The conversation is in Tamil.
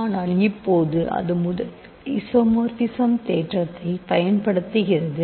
ஆனால் இப்போது அது முதல் ஐசோமார்பிசம் தேற்றத்தைப் பயன்படுத்துகிறது